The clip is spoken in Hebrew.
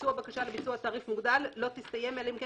ביצוע בקשה לביצוע תעריף מוגדל לא תסתיים אלא אם כן